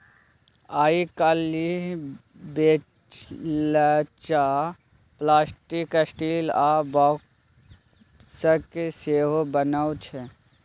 आइ काल्हि बेलचा plastic, steel आ बाँसक सेहो बनै छै